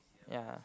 ya